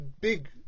big